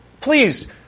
please